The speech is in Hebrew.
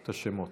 את השמות.